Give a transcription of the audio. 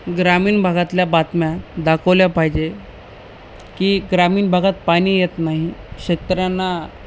ग्रामीण भागातल्या बातम्या दाखवल्या पाहिजे की ग्रामीण भागात पाणी येत नाही शेतकऱ्यांना